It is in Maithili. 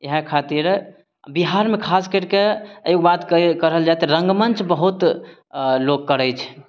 इएह खातिर बिहारमे खास करिके एगो बातके कहल जाइत रङ्गमञ्च बहुत लोक करय छै